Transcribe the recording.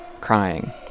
crying